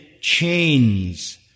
chains